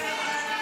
--- בושה וחרפה.